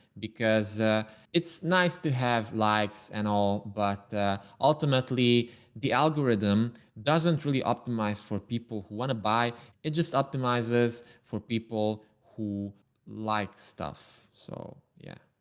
because it's nice to have lights and all. but ultimately the algorithm doesn't really optimized for people who want to buy it just optimizes for people who like stuff. so, yeah.